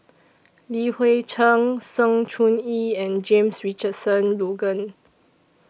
Li Hui Cheng Sng Choon Yee and James Richardson Logan